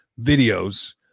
videos